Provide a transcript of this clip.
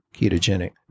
ketogenic